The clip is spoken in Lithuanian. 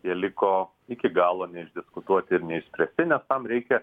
jie liko iki galo neišdiskutuoti ir neišspręsti nes tam reikia